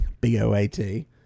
B-O-A-T